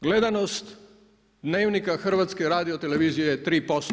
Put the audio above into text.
Gledanost Dnevnika HRT-a je 3%